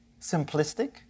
simplistic